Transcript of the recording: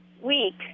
week